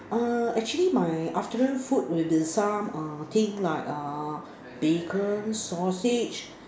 uh actually my afternoon food will be some uh thing like uh bacon sausage